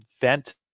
vent